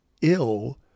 ill